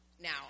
Now